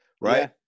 right